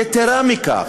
יתרה מכך,